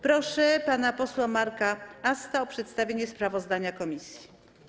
Proszę pana posła Marka Asta o przedstawienie sprawozdania komisji.